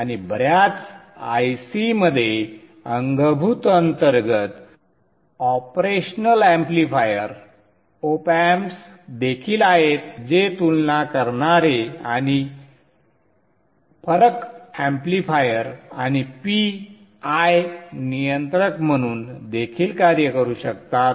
आणि बर्याच I C मध्ये अंगभूत अंतर्गत OpAmps देखील आहेत जे तुलना करणारे आणि फरक एम्प्लिफायर आणि P I नियंत्रक म्हणून देखील कार्य करू शकतात